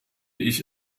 ich